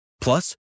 Plus